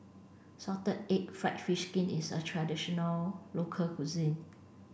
salted egg fried fish skin is a traditional local cuisine